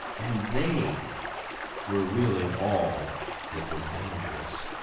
and they were really all that was dangerous.